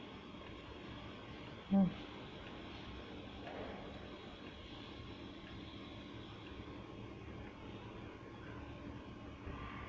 mm